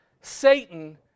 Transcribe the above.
Satan